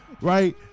right